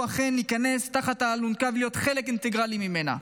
אכן להיכנס תחת האלונקה ולהיות חלק אינטגרלי ממנה.